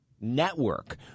network